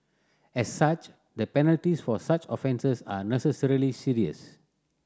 as such the penalties for such offences are necessarily serious